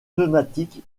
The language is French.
pneumatique